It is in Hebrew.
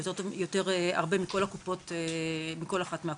יותר הרבה מכל אחת מהקופות.